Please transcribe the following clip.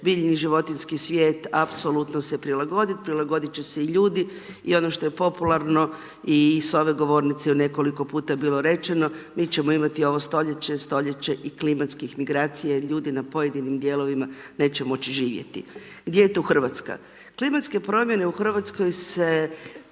biljni i životinjskih svijet apsolutno se prilagoditi, prilagoditi će se i ljudi i ono što je popularno i s ove govornice je u nekoliko puta bilo rečeno, mi ćemo imati ovo stoljeće, stoljeće i klimatskih migracija i ljudi na pojedinim dijelovima neće moći živjeti. Gdje je tu Hrvatska? Klimatske promjene u Hrvatskoj se